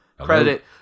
credit